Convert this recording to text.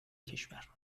کشور